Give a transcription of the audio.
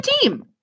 team